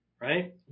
right